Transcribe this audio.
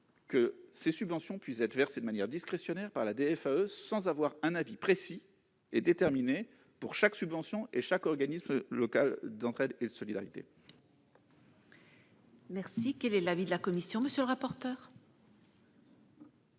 que ces subventions ne soient versées de manière discrétionnaire par la DFAE, sans avoir obtenu un avis précis et déterminé pour chaque subvention et pour chaque organisme local d'entraide et de solidarité. Quel est l'avis de la commission ? Tout d'abord,